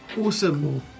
Awesome